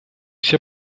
все